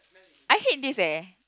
I hate this eh